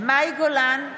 מאי גולן,